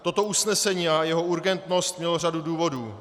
Toto usnesení a jeho urgentnost mělo řadu důvodů.